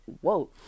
whoa